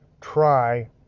try